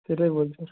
সেটাই বলছি